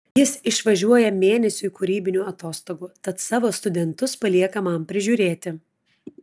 jis išvažiuoja mėnesiui kūrybinių atostogų tad savo studentus palieka man prižiūrėti